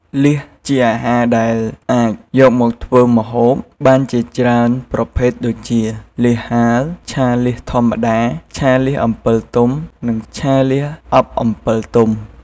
លៀសជាអាហារដែលអាចយកមកធ្វើម្ហូបបានជាច្រើនប្រភេទដូចជា លៀសហាល ឆាលៀសធម្មតា ឆាលៀសអំពិលទុំ និងលៀសអប់អំពិលទុំ ។